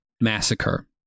massacre